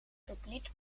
publiek